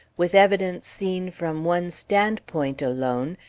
with evidence seen from one standpoint alone,